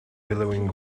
billowing